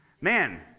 Man